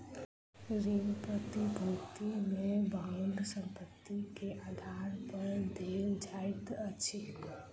ऋण प्रतिभूति में बांड संपत्ति के आधार पर देल जाइत अछि